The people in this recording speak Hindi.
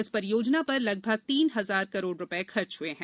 इस परियोजना पर लगभग तीन हजार करोड़ रुपये खर्च हए हैं